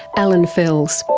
allan fels,